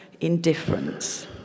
indifference